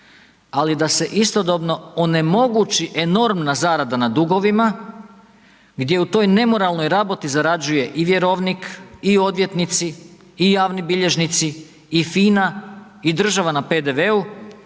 ali da se istodobno onemogući enormna zarada na dugovima, gdje u toj nemoralnoj raboti zarađuje i vjerovnik i odvjetnici i javni bilježnici i FINA i država na PDV-u,